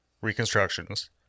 reconstructions